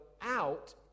out